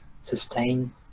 sustain